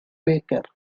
baker